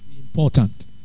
important